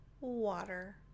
water